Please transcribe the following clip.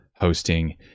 hosting